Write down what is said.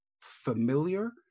familiar